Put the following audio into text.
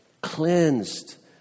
Cleansed